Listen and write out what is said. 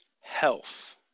health